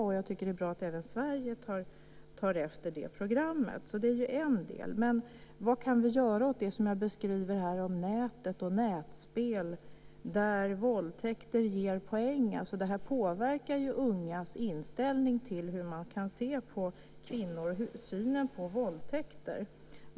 Jag tycker att det är bra att även Sverige tar efter det programmet. Detta är alltså en del. Men vad kan vi göra åt det som jag beskriver när det gäller nätet och nätspel där våldtäkter ger poäng? Sådant påverkar ungas inställning till och syn på kvinnor och våldtäkter.